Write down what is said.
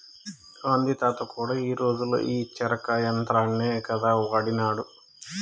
గాంధీ తాత కూడా ఆ రోజుల్లో ఈ చరకా యంత్రాన్నే కదా వాడినాడు